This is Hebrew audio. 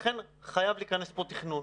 לכן, חייב להיכנס פה תכנון.